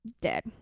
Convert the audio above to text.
dead